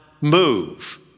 move